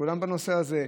כולן בנושא הזה.